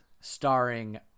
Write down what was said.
starring